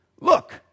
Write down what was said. Look